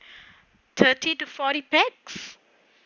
thirty to forty pax